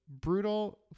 brutal